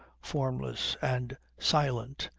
formless and silent,